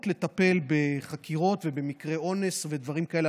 לטפל בחקירות ובמקרי אונס או בדברים כאלה.